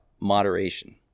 moderation